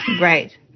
Right